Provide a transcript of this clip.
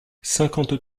cinquante